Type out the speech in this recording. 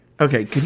Okay